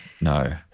no